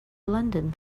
london